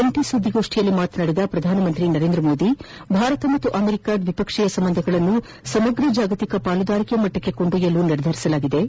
ಜಂಟಿ ಸುದ್ಗೋಷ್ಷಿಯಲ್ಲಿ ಮಾತನಾಡಿದ ಪ್ರಧಾನಮಂತ್ರಿ ನರೇಂದ್ರ ಮೋದಿ ಭಾರತ ಮತ್ತು ಅಮೆರಿಕಾ ದ್ನಿಪಕ್ಷೀಯ ಸಂಬಂಧಗಳನ್ನು ಸಮಗ್ರ ಜಾಗತಿಕ ಪಾಲುದಾರಿಕೆ ಮಟ್ಲಕ್ಷೆ ಕೊಂಡೊಯ್ಲಲು ನಿರ್ಧರಿಸಿದ್ದು